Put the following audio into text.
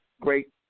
great